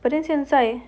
but then 现在